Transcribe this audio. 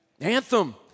Anthem